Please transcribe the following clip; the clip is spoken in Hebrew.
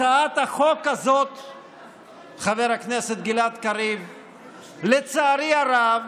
לצערי הרב, חבר הכנסת גלעד קריב, הצעת החוק הזאת